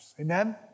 Amen